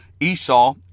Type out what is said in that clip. esau